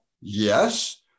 Yes